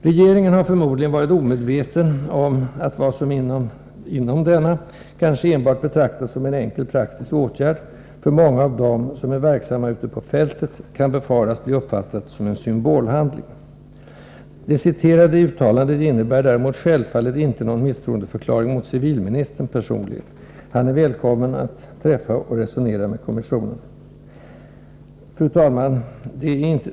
Regeringen har förmodligen varit omedveten om att vad som inom denna kanske enbart betraktas som en enkel, praktisk åtgärd för många av dem som är verksamma ute på fältet kan befaras bli uppfattat som en symbolhandling. Det citerade uttalandet innebär däremot självfallet inte någon misstroendeförklaring mot civilministern personligen. Han är välkommen att träffa och resonera med kommissionen. Fru talman!